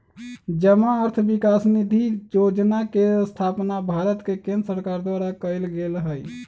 जमा अर्थ विकास निधि जोजना के स्थापना भारत के केंद्र सरकार द्वारा कएल गेल हइ